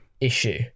issue